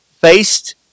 faced